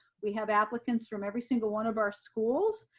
we have applicants from every single one of our schools.